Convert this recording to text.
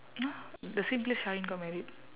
!huh! the same place sharhind got married